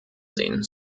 sehen